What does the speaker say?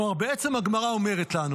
כלומר, בעצם הגמרא אומרת לנו